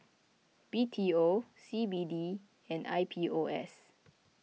B T O C B D and I P O S